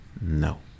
no